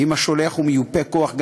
ואם השולח הוא מיופה כוח,